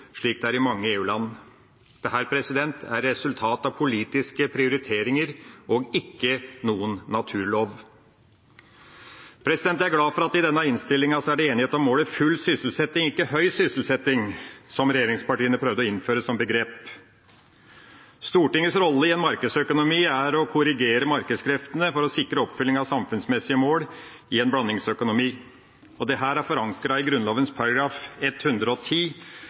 slik det er i mange EU-land. Dette er resultat av politiske prioriteringer og ikke noen naturlov. Jeg er glad for at det i denne innstillinga er enighet om målet full sysselsetting, ikke høy sysselsetting, som regjeringspartiene prøvde å innføre som begrep. Stortingets rolle i en markedsøkonomi er å korrigere markedskreftene for å sikre oppfylling av samfunnsmessige mål i en blandingsøkonomi, og dette er forankret i Grunnloven § 110, hvor det